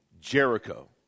Jericho